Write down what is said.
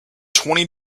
twenty